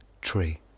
tree